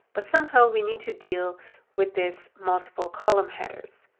but somehow we need to deal with this multiple column headers.